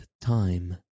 time